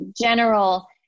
general